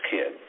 Kid